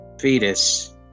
Fetus